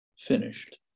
finished